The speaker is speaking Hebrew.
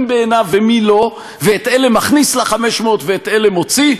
בעיניו ומי לא ואת אלה הוא מכניס ל-500 ואת אלה מוציא,